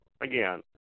Again